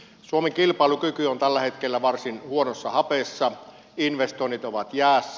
suomen kilpailukyky on tällä hetkellä varsin huonossa hapessa investoinnit ovat jäässä